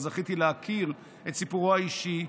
אבל זכיתי להכיר את סיפורו האישי,